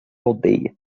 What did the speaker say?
aldeia